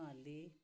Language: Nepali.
उहाँहरूले